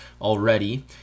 already